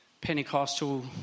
Pentecostal